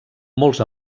molts